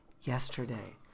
Yesterday